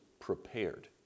prepared